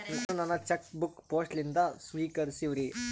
ನಾನು ನನ್ನ cheque book ಪೋಸ್ಟ್ ಲಿಂದ ಸ್ವೀಕರಿಸಿವ್ರಿ